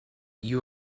you